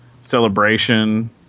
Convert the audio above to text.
Celebration